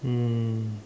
um